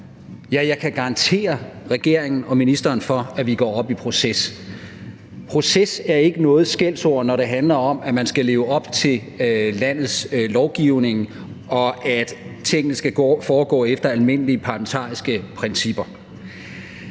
jeg kan garantere regeringen og ministeren for, at vi går op i proces. Proces er ikke noget skældsord, når det handler om, at man skal leve op til landets lovgivning, og at tingene skal foregå efter almindelige parlamentariske principper.